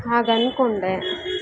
ಹಾಗೆ ಅಂದ್ಕೊಂಡೆ